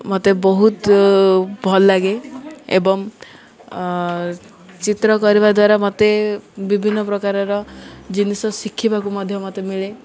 ମୋତେ ବହୁତ ଭଲ ଲାଗେ ଏବଂ ଚିତ୍ର କରିବା ଦ୍ୱାରା ମୋତେ ବିଭିନ୍ନ ପ୍ରକାରର ଜିନିଷ ଶିଖିବାକୁ ମଧ୍ୟ ମୋତେ ମିଳେ